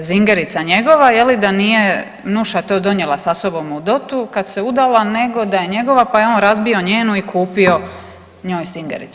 „Zingerica“ njegova je li, da nije Nušta to donijela sa sobom u dotu kada se udala, nego da je njegova pa je on razbio njenu i kupio njoj Singericu.